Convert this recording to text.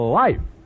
life